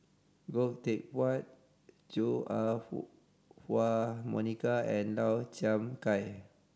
Goh Teck Phuan Chua Ah Huwa Monica and Lau Chiap Khai